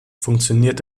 funktioniert